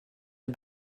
the